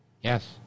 Yes